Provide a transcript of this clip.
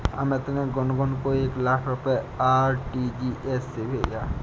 अमित ने गुनगुन को एक लाख रुपए आर.टी.जी.एस से भेजा